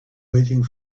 waiting